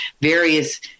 various